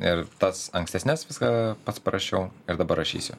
ir tas ankstesnes viską pats parašiau ir dabar rašysiu